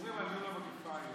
אומרים על ניהול המגפה היום.